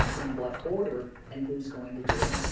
in what order, and who's going to do it.